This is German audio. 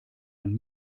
ein